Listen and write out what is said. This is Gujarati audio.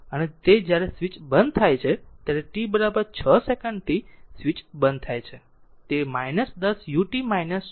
અને જ્યારે તે સ્વીચ બંધ થાય છે ત્યારે t 6 સેકન્ડથી સ્વીચ બંધ થાય છે તે 10 ut 6 છે